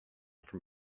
from